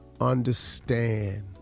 understand